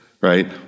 right